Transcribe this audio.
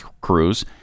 crews